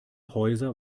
häuser